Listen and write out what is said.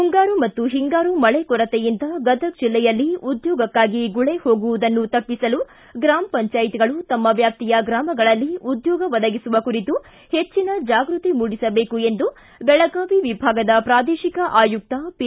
ಮುಂಗಾರು ಮತ್ತು ಒಂಗಾರು ಮಳೆ ಕೊರತೆಯಿಂದ ಗದಗ ಜಿಲ್ಲೆಯಲ್ಲಿ ಉದ್ಯೋಗಕ್ಕಾಗಿ ಗುಳೆ ಹೋಗುವದನ್ನು ತಪ್ಪಸಲು ಗ್ರಾಮ ಪಂಚಾಯತ್ಗಳು ತಮ್ಮ ವ್ಯಾಪ್ತಿಯ ಗ್ರಾಮಗಳಲ್ಲಿ ಉದ್ದೋಗ ಒದಗಿಸುವ ಕುರಿತು ಹೆಚ್ಚನ ಜಾಗೃತಿ ಮೂಡಿಸಬೇಕು ಎಂದು ಬೆಳಗಾವಿ ವಿಭಾಗದ ಪ್ರಾದೇಶಿಕ ಆಯುಕ್ತ ಪಿ